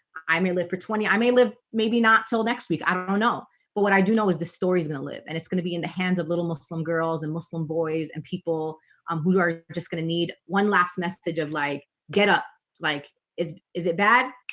i may live for twenty i may live maybe not till next week i don't know know but what i do know is the story's gonna live and it's gonna be in the hands of little muslim girls and muslim boys and people um who are just gonna need one last message of like get up like is is it bad?